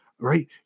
right